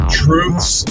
truths